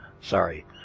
Sorry